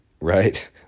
right